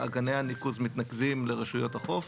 גני הניקוז מתנקזים לרשויות החוף,